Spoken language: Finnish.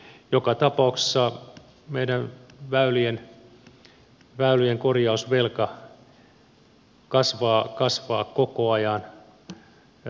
joka tapauksessa meidän väylien korjausvelka kasvaa koko ajan